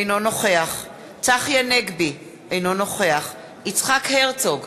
אינו נוכח צחי הנגבי, אינו נוכח יצחק הרצוג,